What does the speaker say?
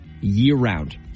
year-round